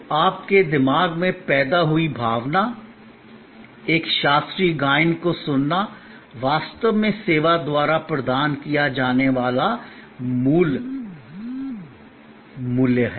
तो आपके दिमाग में पैदा हुई भावना एक शास्त्रीय गायन को सुनना वास्तव में सेवा द्वारा प्रदान किया जाने वाला मूल मूल्य है